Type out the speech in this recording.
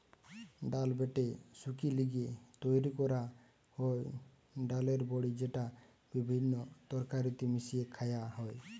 ডাল বেটে শুকি লিয়ে তৈরি কোরা হয় ডালের বড়ি যেটা বিভিন্ন তরকারিতে মিশিয়ে খায়া হয়